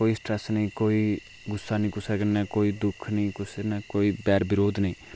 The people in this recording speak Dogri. कोई स्ट्रेस नेईं कोई गुस्सा नेईं कुसै कन्नै कोई दुख नेईं कुसै कन्नै कोई बैर बरोध नेईं